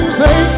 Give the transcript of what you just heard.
say